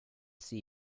see